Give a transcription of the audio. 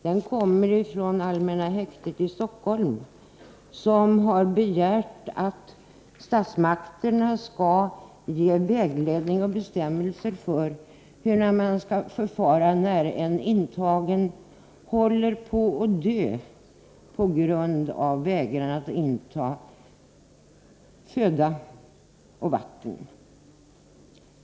Det kommer från allmänna häktet i Stockholm, som har begärt att statsmakterna skall ge vägledning och bestämmelser för hur man skall förfara, när en intagen håller på att dö på grund av vägran att inta föda och vatten.